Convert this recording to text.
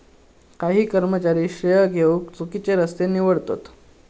काही कर्मचारी श्रेय घेउक चुकिचे रस्ते निवडतत